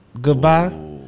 Goodbye